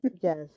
yes